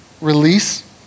release